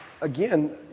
again